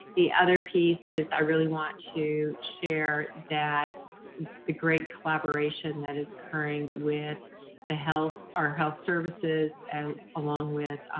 the other piece is i really want to share that the great collaboration that is occurring with the health, our health services, and along with